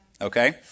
Okay